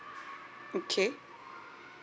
okay